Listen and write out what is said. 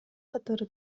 катары